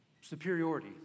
superiority